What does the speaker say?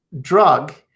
drug